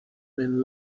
man